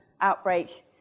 outbreak